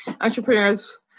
Entrepreneurs